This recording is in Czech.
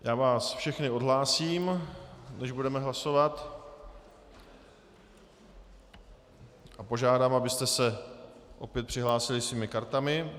Já vás všechny odhlásím, než budeme hlasovat, a požádám, abyste se opět přihlásili svými kartami.